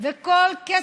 ולאחרונה,